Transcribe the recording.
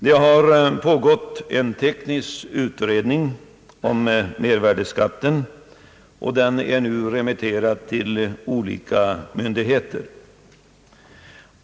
Det har pågått en teknisk utredning om mervärdeskatten, som nu har remitterats till olika myndigheter.